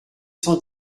cent